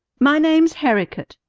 my name's herricote,